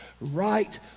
right